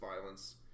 violence